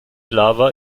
lava